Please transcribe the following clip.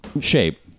shape